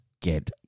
Get